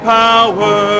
power